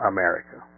America